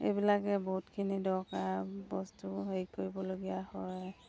এইবিলাকে বহুতখিনি দৰকাৰ বস্তু হেৰি কৰিবলগীয়া হয়